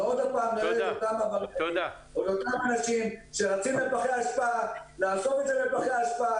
זה עוד פעם אותם אנשים שרצים לפחי אשפה לאסוף את זה מפחי אשפה